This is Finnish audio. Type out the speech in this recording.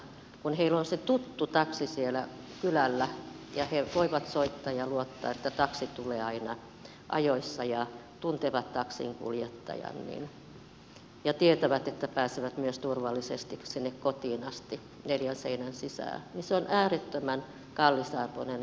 kun heillä on se tuttu taksi siellä kylällä ja he voivat soittaa ja luottaa että taksi tulee aina ajoissa ja tuntevat taksinkuljettajan ja tietävät että pääsevät myös turvallisesti sinne kotiin asti neljän seinän sisälle niin se on äärettömän kallisarvoinen ja arvokas asia